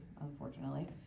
unfortunately